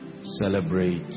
celebrate